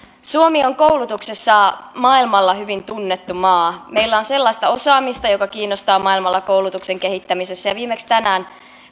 suomi on koulutuksessa maailmalla hyvin tunnettu maa meillä on sellaista osaamista joka kiinnostaa maailmalla koulutuksen kehittämisessä ja viimeksi tänään